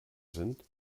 sind